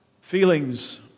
Feelings